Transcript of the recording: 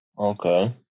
Okay